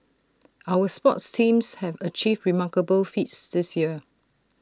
our sports teams have achieved remarkable feats this year